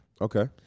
Okay